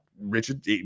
Richard